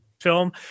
film